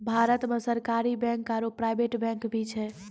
भारतो मे सरकारी बैंक आरो प्राइवेट बैंक भी छै